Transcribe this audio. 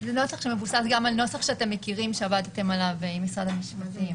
זה נוסח שמבוסס גם על נוסח שאתם מכירים שעבדתם עליו עם משרד המשפטים,